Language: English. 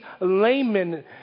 laymen